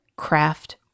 craft